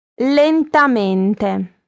Lentamente